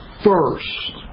first